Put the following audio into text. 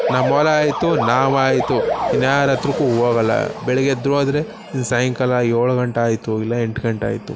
ನಮ್ಮ ಹೊಲ ಆಯಿತು ನಾವಾಯಿತು ಇನ್ಯಾರ ಹತ್ರಕ್ಕೂ ಹೋಗಲ್ಲ ಬೆಳಗ್ಗೆ ಎದ್ದರು ಅಂದ್ರೆ ಇದು ಸಾಯಂಕಾಲ ಏಳು ಗಂಟೆ ಆಯಿತು ಇಲ್ಲ ಎಂಟು ಗಂಟೆ ಆಯಿತು